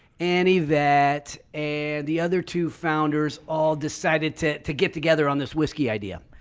annie that a the other two founders all decided to to get together on this whiskey idea.